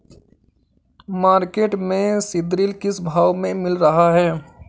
Market में seed drill किस भाव में मिल रहा है?